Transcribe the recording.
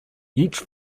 each